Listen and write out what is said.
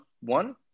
one